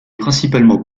principalement